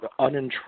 unintrusive